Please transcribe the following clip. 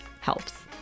helps